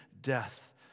death